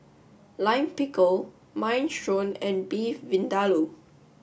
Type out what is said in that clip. Lime Pickle Minestrone and Beef Vindaloo